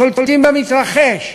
שולטים במתרחש,